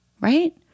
right